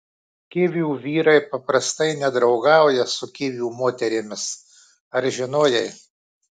kivių vyrai paprastai nedraugauja su kivių moterimis ar žinojai